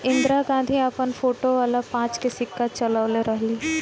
इंदिरा गांधी अपन फोटो वाला पांच के सिक्का चलवले रहली